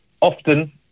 often